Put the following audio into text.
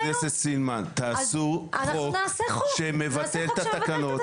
חברת הכנסת סילמן, תעשו חוק שמבטל את התקנות.